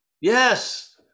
Yes